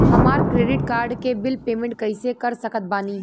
हमार credit card के bill payment कइसे कर सकत बानी?